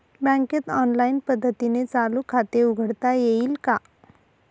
बँकेत ऑनलाईन पद्धतीने चालू खाते उघडता येईल का?